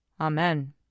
Amen